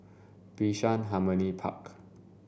Bishan Harmony Park